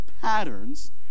patterns